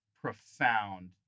profound